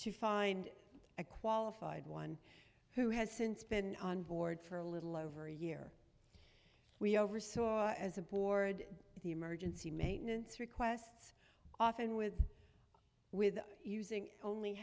to find a qualified one who has since been on board for a little over a year we oversaw as a board the emergency maintenance requests often with with using only